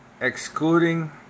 excluding